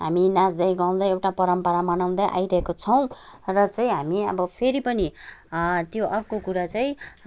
हामी नाँच्दै गाउँदै एउटा परम्परा मनाउँदै आइरहेका छौँ र चाहिँ हामी अब फेरि पनि त्यो अर्को कुरा चाहिँ